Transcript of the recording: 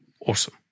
Awesome